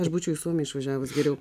aš būčiau į suomiją išvažiavus geriau